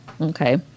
Okay